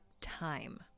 time